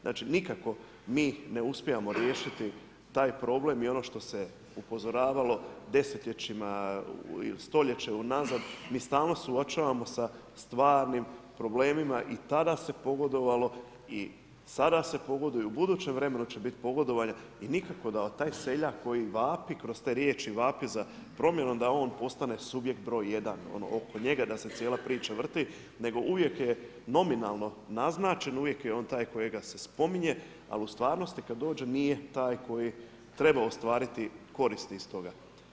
Znači nikako mi ne uspijevamo riješiti taj problem i ono što se upozoravalo desetljećima, stoljeće unazad, mi se stalno suočavamo sa stvarnim problemima i tada se pogodovalo i sada se pogoduje, u budućem vremenu će biti pogodovanja, i nikako da taj seljak koji vapi kroz te riječi i vapi za promjenom, da on postane subjekt broj jedan, oko njega da se cijela priča vrti nego uvijek je nominalno naznačen, uvijek je on taj kojega se spominje, ali u stvarnosti kad dođe nije taj koji treba ostvariti koristi iz toga.